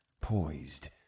poised